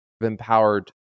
empowered